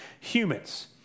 humans